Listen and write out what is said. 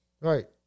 Right